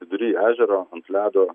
vidury ežero ant ledo